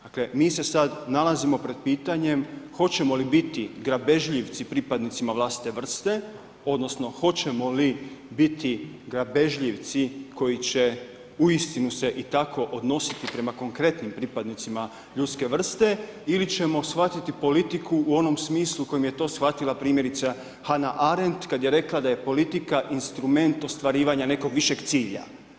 Dakle, mi se sad nalazimo pred pitanjem hoćemo li biti grabežljivici pripadnicima vlastite vrste odnosno hoćemo li biti grabežljivci koji će uistinu se i tako odnositi prema konkretnim pripadnicima ljudske vrste ili ćemo shvatiti politiku u onom smislu u kojem je to shvatila primjerice Hannah Arendt kad je rekla da je politika instrument ostvarivanja nekog višeg cilja.